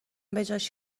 بجاش